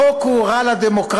החוק הוא רע לדמוקרטיה,